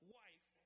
wife